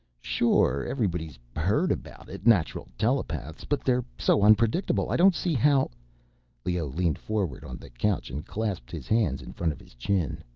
sure, everybody's heard about it. natural telepaths. but they're so unpredictable. i don't see how leoh leaned forward on the couch and clasped his hands in front of his chin.